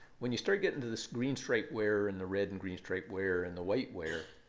when you start getting to this green stripe ware, and the red and green stripe ware, and the whiteware,